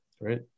right